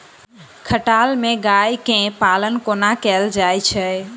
खटाल मे गाय केँ पालन कोना कैल जाय छै?